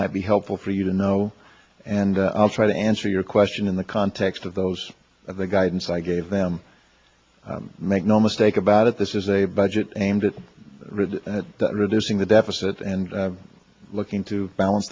might be helpful for you to know and i'll try to answer your question in the context of those the guidance i gave them make no mistake about it this is a budget aimed at read reducing the deficit and looking to balance